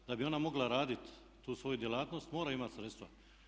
Da bi ona mogla raditi tu svoju djelatnost mora imati sredstva.